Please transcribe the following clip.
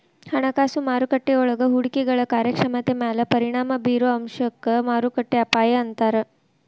ಹಣಕಾಸು ಮಾರುಕಟ್ಟೆಯೊಳಗ ಹೂಡಿಕೆಗಳ ಕಾರ್ಯಕ್ಷಮತೆ ಮ್ಯಾಲೆ ಪರಿಣಾಮ ಬಿರೊ ಅಂಶಕ್ಕ ಮಾರುಕಟ್ಟೆ ಅಪಾಯ ಅಂತಾರ